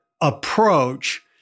approach